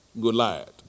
Goliath